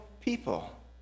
people